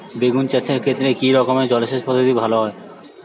বেগুন চাষের ক্ষেত্রে কি রকমের জলসেচ পদ্ধতি ভালো হয়?